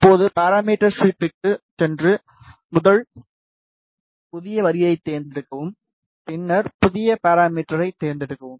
இப்போது பாராமீட்டர் ஸ்வீப்பிற்குச் சென்று முதல் புதிய வரிசையைத் தேர்ந்தெடுக்கவும் பின்னர் புதிய பாராமீட்டர்யைத் தேர்ந்தெடுக்கவும்